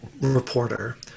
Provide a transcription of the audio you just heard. reporter